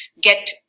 get